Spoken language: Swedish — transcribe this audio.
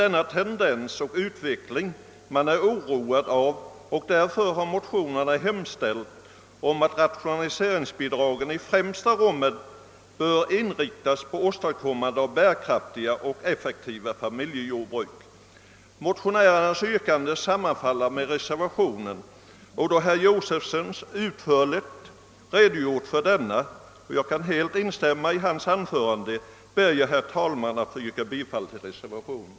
Denna tendens i utvecklingen är oroande, och därför har motionärerna hemställt om att jordbrukets rationalisering i främsta rummet skall inriktas på åstadkommande av bärkraftiga och effektiva familjejordbruk. Motionärernas yrkande sammanfaller med reservanternas. Eftersom herr Josefson redan utförligt har redogjort för reservationen och jag helt kan instämma i hans anförande, ber jag, herr talman, att få yrka bifall till reservationen.